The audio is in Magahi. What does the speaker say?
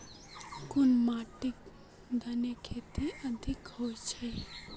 कुन माटित धानेर खेती अधिक होचे?